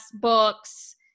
books